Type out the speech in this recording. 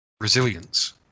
resilience